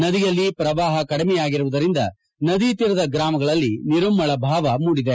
ನದಿಯಲ್ಲಿ ಪ್ರವಾಪ ಕಡಿಮೆ ಆಗಿರುವುದರಿಂದ ನದಿ ತೀರದ ಗ್ರಾಮಗಳಲ್ಲಿ ನಿರುಮ್ಮಳ ಮೂಡಿದೆ